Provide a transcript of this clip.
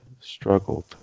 struggled